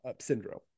syndrome